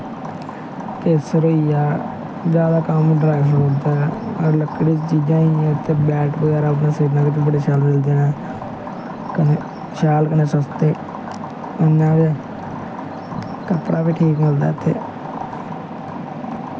केसर होई गेआ जैदा कम्म ड्राई फ्रूट दा गै मतलब लक्कड़ी दियां चीजां होई गेइयां बोट बगैरा श्रीनगर बड़े शैल मिलदे न कन्नै शैल कन्नै सस्ते इ'यां गै कपड़ा बी ठीक मिलदा इत्थै